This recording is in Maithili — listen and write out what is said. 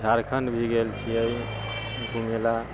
झारखण्ड भी गेल छियै घूमैला